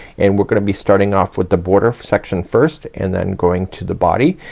and we're gonna be starting off with the border section first, and then going to the body.